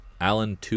Alan